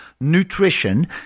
nutrition